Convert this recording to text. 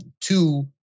two